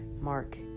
Mark